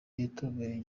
yatomboye